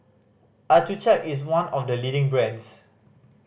accucheck is one of the leading brands